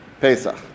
Pesach